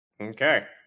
okay